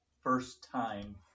first-time